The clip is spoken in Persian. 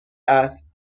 است